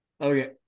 Okay